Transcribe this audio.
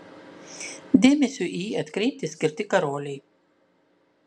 dėmesiui į jį atkreipti skirti karoliai